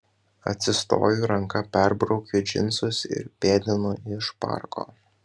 atsistoju ranka perbraukiu džinsus ir pėdinu iš parko